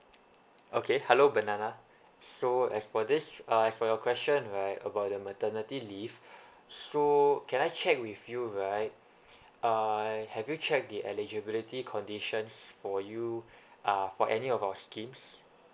okay hello banana so as for this sh~ uh as for your question right about the maternity leave so can I check with you right uh have you check the eligibility conditions for you uh for any of our schemes